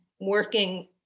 working